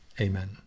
amen